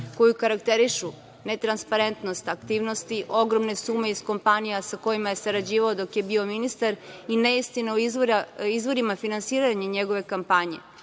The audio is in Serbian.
koju karakterišu netransparentnost aktivnosti, ogromne sume iz kompanija sa kojima je sarađivao dok je bio ministar i neistine o izvorima finansiranja njegove kampanje.